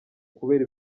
kubera